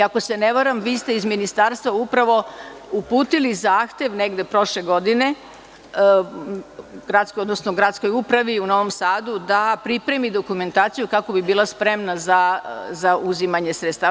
Ako se ne varam, vi ste iz ministarstva upravo uputili zahtev negde prošle godine, odnosno Gradskoj upravi u Novom Sadu da pripremi dokumentaciju kako bi bila spremna za uzimanje sredstava.